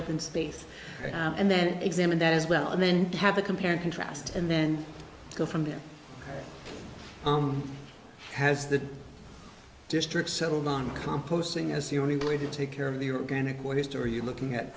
open space and then examine that as well and then have a compare and contrast and then go from there has the districts settled on composting as the only way to take care of the organic one historian looking at